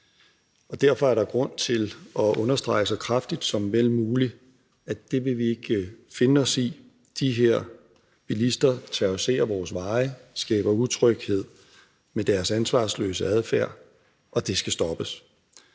derfor er der grund til at understrege så kraftigt som vel muligt, at det vil vi ikke finde os i: De her bilister terroriserer vores veje, skaber utryghed med deres ansvarsløse adfærd, og det skal stoppes.